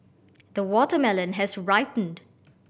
the watermelon has ripened